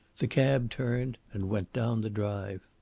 the cab turned and went down the drive.